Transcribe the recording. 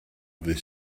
ddydd